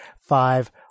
five